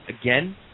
again